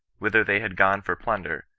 whither they had gone for plunder,